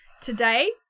Today